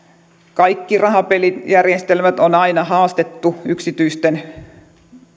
kaikki rahapelijärjestelmät on aina haastettu yksityisten